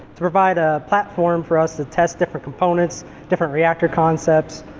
to provide a platform for us to test different components different reactor concepts.